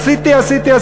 עשיתי,